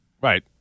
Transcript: Right